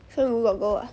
sheng wu got go ah